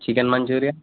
chicken manchurian